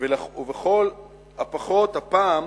ולכל הפחות הפעם